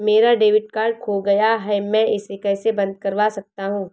मेरा debit card खो गया है मैं इसे कैसे बंद करवा सकता हूँ?